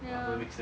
ya